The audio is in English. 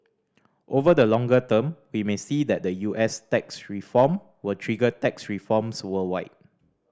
over the longer term we may see that the U S tax reform will trigger tax reforms worldwide